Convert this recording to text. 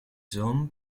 hommes